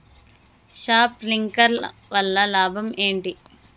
Sprinkler వల్ల లాభం ఏంటి?